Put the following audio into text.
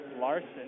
Larson